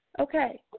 Okay